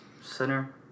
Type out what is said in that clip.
center